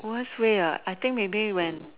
worst way ah I think maybe when